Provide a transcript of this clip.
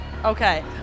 Okay